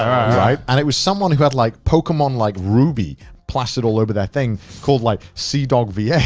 i mean and it was someone who had like pokemon like, ruby plastered all over their thing called like, seadog va. yeah